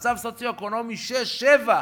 מצב סוציו-אקונומי 6 7,